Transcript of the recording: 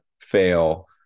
fail